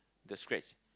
the scratch